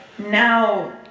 now